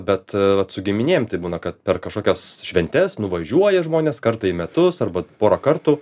bet vat su giminėm taip būna kad per kažkokias šventes nuvažiuoja žmonės kartą į metus arba pora kartų